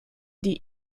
die